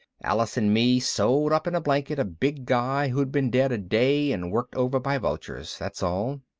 alice and me sewed up in a blanket a big guy who'd been dead a day and worked over by vultures. that's all.